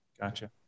Gotcha